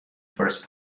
first